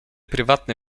prywatny